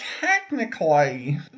technically